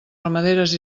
ramaderes